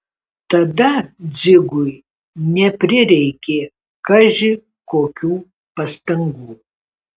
tada dzigui neprireikė kaži kokių pastangų